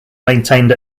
maintained